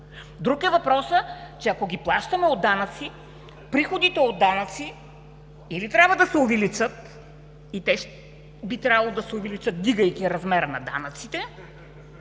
Друг е въпросът, че ако ги плащаме от данъци, приходите от данъци или трябва да се увеличат и би трябвало да се увеличат, вдигайки размера на данъците